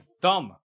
thumb